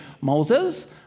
Moses